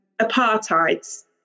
apartheid